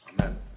Amen